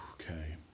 Okay